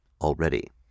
already